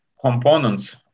components